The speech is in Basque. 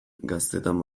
gaztetan